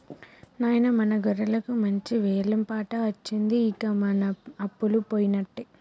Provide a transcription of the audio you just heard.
నాయిన మన గొర్రెలకు మంచి వెలం పాట అచ్చింది ఇంక మన అప్పలు పోయినట్టే